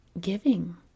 giving